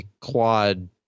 quad